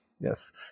Yes